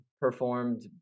performed